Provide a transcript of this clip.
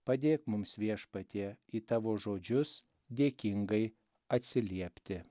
padėk mums viešpatie į tavo žodžius dėkingai atsiliepti